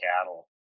cattle